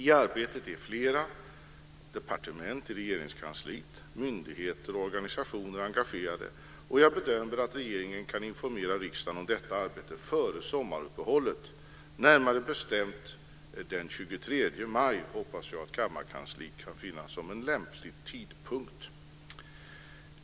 I arbetet är flera departement i Regeringskansliet, myndigheter och organisationer engagerade, och jag bedömer att regeringen kan informera riksdagen om detta arbete före sommaruppehållet. Närmare bestämt den 23 maj hoppas jag att kammarkansliet kan finna som en lämplig tidpunkt.